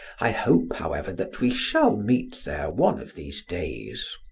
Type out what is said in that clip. i hope, however, that we shall meet there one of these days.